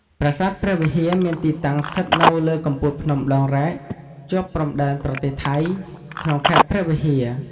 ប្រាសាទព្រះវិហារ មានទីតាំង ស្ថិតនៅលើកំពូលភ្នំដងរែក ជាប់ព្រំដែនប្រទេសថៃ ក្នុងខេត្តព្រះវិហារ។